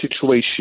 situation